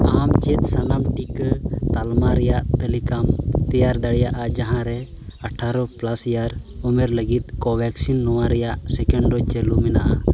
ᱟᱢ ᱪᱮᱫ ᱥᱟᱱᱟᱢ ᱴᱤᱠᱟᱹ ᱛᱟᱞᱢᱟ ᱨᱮᱭᱟᱜ ᱛᱟᱹᱞᱤᱠᱟᱢ ᱛᱮᱭᱟᱨ ᱫᱟᱲᱮᱭᱟᱜᱼᱟ ᱡᱟᱦᱟᱸᱨᱮ ᱟᱴᱷᱟᱨᱳ ᱯᱞᱟᱥ ᱤᱭᱟᱨᱥ ᱩᱢᱮᱨ ᱞᱟᱹᱜᱤᱫ ᱠᱳᱼᱵᱷᱮᱠᱥᱤᱱ ᱱᱚᱣᱟ ᱨᱮᱱᱟᱜ ᱥᱮᱠᱮᱱᱰ ᱰᱳᱡᱽ ᱪᱟᱹᱞᱩ ᱢᱮᱱᱟᱜᱼᱟ